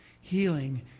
Healing